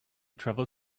travel